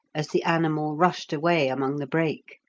as the animal rushed away among the brake.